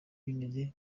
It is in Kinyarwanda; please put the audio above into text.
bimeze